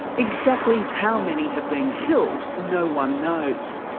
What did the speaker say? exactly how many have been killed, no one knows.